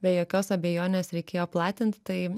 be jokios abejonės reikėjo platinti tai